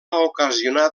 ocasionar